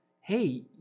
hey